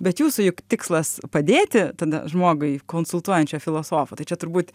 bet jūsų juk tikslas padėti tada žmogui konsultuojančio filosofo tai čia turbūt